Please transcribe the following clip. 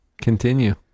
continue